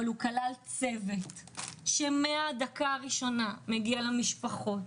אבל הוא כלל צוות שמהדקה הראשונה מגיע למשפחות,